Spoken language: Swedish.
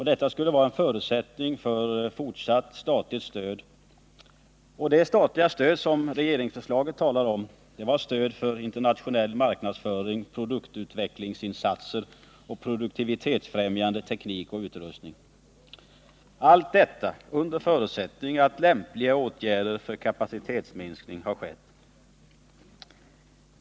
Detta skulle vara en förutsättning för fortsatt statligt stöd. Och det statliga stöd som regeringsförslaget talar om är stöd för internationell marknadsföring, produktutvecklingsinsatser och produktivitetsfrämjande teknik och utrustning — allt detta under förutsättning att lämpliga åtgärder för kapacitetsminskning har skett.